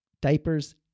diapers